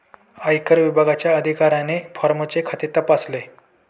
आयकर विभागाच्या अधिकाऱ्याने फॉर्मचे खाते तपासले